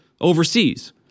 overseas